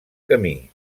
camí